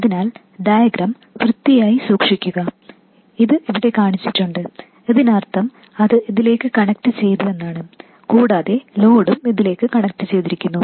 അതിനാൽ ഡയഗ്രം വൃത്തിയായി സൂക്ഷിക്കുക ഇത് ഇവിടെ കാണിച്ചിട്ടുണ്ട് ഇതിനർത്ഥം അത് ഇതിലേക്ക് കണക്റ്റ് ചെയ്തുവെന്നാണ് കൂടാതെ ലോഡും ഇതിലേക്ക് കണക്റ്റുചെയ്തിരിക്കുന്നു